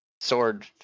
sword